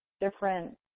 different